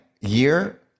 year